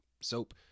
soap